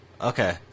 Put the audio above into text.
Okay